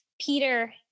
Peter